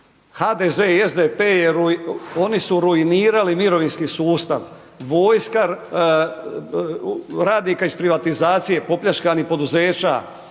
HDZ i SDP oni su ruinirali mirovinski sustav, vojska radnika iz privatizacije, popljačkanih poduzeća,